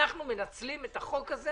אנחנו מנצלים את החוק הזה